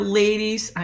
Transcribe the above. ladies